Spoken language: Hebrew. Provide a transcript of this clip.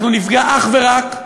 אנחנו נפגע אך ורק,